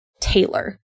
Taylor